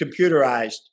computerized